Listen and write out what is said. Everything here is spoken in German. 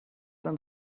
dann